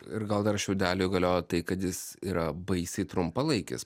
ir dar gal šiaudeliui galioja tai kad jis yra baisiai trumpalaikis